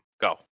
Go